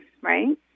right